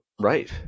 right